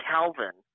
Calvin